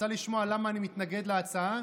רוצה לשמוע למה אני מתנגד להצעה?